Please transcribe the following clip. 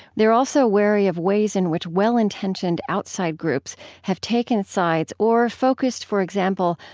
they're also wary of ways in which well-intentioned outside groups have taken sides or focused, for example,